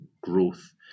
growth